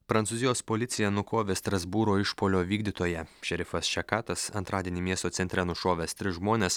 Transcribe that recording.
prancūzijos policija nukovė strasbūro išpuolio vykdytoją šerifas šekatas antradienį miesto centre nušovęs tris žmones